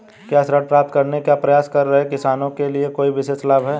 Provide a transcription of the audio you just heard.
क्या ऋण प्राप्त करने का प्रयास कर रहे किसानों के लिए कोई विशेष लाभ हैं?